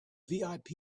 vip